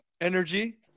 energy